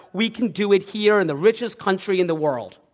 we can do it here in the richest country in the world.